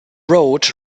road